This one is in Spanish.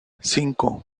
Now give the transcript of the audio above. cinco